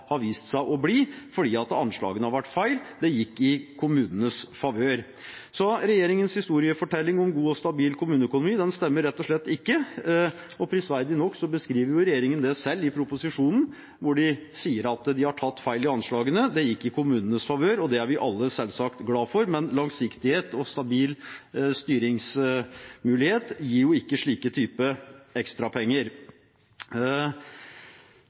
har vist seg å bli, fordi anslagene har vært feil. Det gikk i kommunenes favør. Regjeringens historiefortelling om god og stabil kommuneøkonomi stemmer rett og slett ikke, og prisverdig nok beskriver regjeringen det selv i proposisjonen, hvor de sier at de har tatt feil i anslagene. Det gikk i kommunenes favør, og det er vi alle selvsagt glad for, men langsiktighet og stabil styringsmulighet gir jo ikke slike ekstrapenger.